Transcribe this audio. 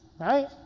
right